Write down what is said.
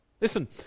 Listen